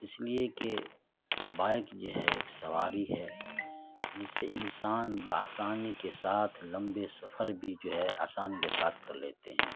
اس لیے کہ بائک جو ہے ایک سواری ہے جس سے انسان بآسانی کے ساتھ لمبے سفر بھی جو ہے آسانی کے ساتھ کر لیتے ہیں